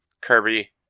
Kirby